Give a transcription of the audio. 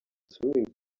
swimming